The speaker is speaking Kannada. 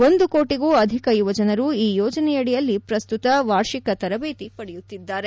ಒಂದು ಕೋಟಿಗೂ ಅಧಿಕ ಯುವಜನರು ಈ ಯೋಜನೆಯಡಿಯಲ್ಲಿ ಪ್ರಸ್ತುತ ವಾರ್ಷಿಕ ತರಬೇತಿ ಪಡೆಯುತ್ತಿದ್ದಾರೆ